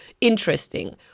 interesting